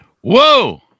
Whoa